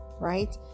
right